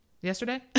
Yesterday